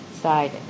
side